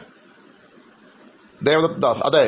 അഭിമുഖം സ്വീകരിക്കുന്നയാൾ അതെ